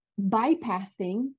bypassing